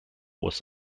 was